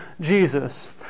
Jesus